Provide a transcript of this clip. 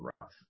rough